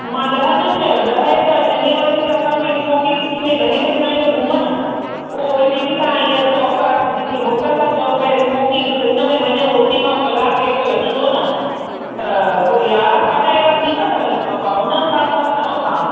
मां ॾह न चयो ॾहें त ॾहें बजे त असांखे स्मोकी ग्रिल में ॾहें बजे ताईं त घुमण पोइ वरी जेकी तव्हां इयं चयो तव्हां जेकी होटल था चयो पिया इस्मोकी ग्रिल हुन में वञूं रोटी खाऊं क्लाकु ॾेढ त लॻंदो न त पोइ यारहं साढा यारहं थी था सघनिव भाऊ हुन हिसाबु सां चयो तव्हां